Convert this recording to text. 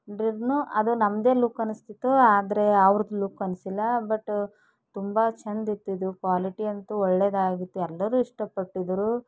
ಡಿರ್ನೂ ಅದು ನಮ್ಮದೇ ಲುಕ್ ಅನ್ನಿಸ್ತಿತ್ತು ಆದರೆ ಅವ್ರದ್ದು ಲುಕ್ ಅನ್ನಿಸ್ಲಿಲ್ಲ ಬಟ್ ತುಂಬ ಚೆಂದ ಇತ್ತು ಇದು ಕ್ವಾಲಿಟಿ ಅಂತೂ ಒಳ್ಳೆದಾಗಿತ್ತು ಎಲ್ಲರೂ ಇಷ್ಟಪಟ್ಟಿದ್ರು